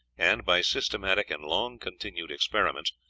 and, by systematic and long-continued experiments,